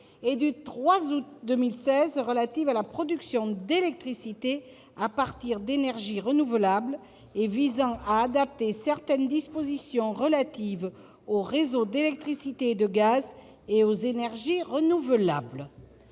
du 3 août 2016 relative à la production d'électricité à partir d'énergies renouvelables et visant à adapter certaines dispositions relatives aux réseaux d'électricité et de gaz et aux énergies renouvelables